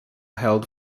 held